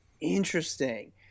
interesting